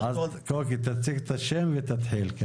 אוקיי, תציג את השם ותתחיל.